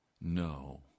no